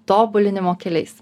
tobulinimo keliais